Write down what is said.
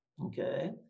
okay